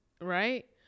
right